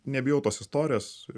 nebijau tos istorijos